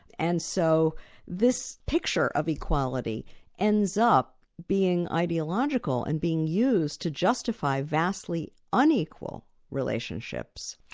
and so this picture of equality ends up being ideological and being used to justify vastly unequal relationships.